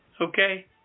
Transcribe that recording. Okay